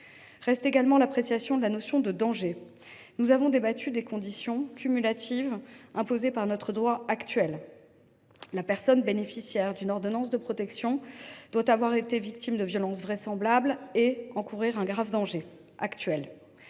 ce qui concerne l’appréciation de la notion de danger, nous avons débattu des conditions – cumulatives – qu’impose le droit en vigueur. La personne bénéficiaire d’une ordonnance de protection doit avoir été victime de violences vraisemblables et encourir un danger grave et actuel.